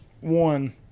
one